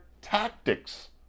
tactics